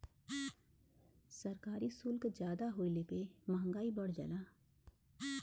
सरकारी सुल्क जादा होले पे मंहगाई बढ़ जाला